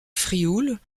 frioul